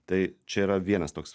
tai čia yra vienas toks